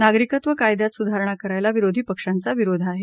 नागरिकत्व कायद्यात सुधारणा करायला विरोधी पक्षांचा विरोध आहे